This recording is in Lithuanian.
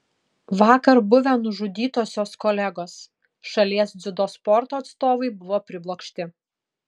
vakar buvę nužudytosios kolegos šalies dziudo sporto atstovai buvo priblokšti